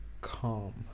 calm